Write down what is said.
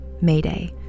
mayday